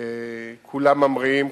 כולם ממריאים,